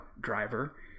driver